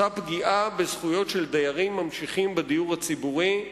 אותה פגיעה בזכויות של דיירים ממשיכים בדיור הציבורי,